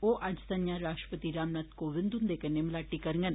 ओ अज्ज संजा राश्ट्रपति राम नाथ कोविंद हुंदे कन्नै मलाटी करगन